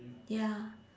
ya